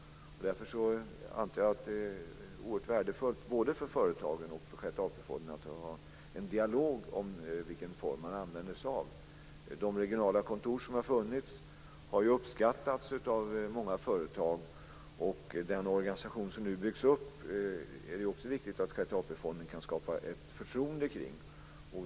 Därför antar jag att det är oerhört värdefullt både för företagen och för Sjätte AP-fonden att man för en dialog om vilken form man använder sig av. De regionala kontor som har funnits har uppskattats av många företag, och det är viktigt att Sjätte AP fonden kan skapa ett förtroende också för den organisation som nu byggs upp.